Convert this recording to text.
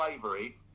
slavery